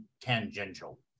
tangential